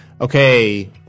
okay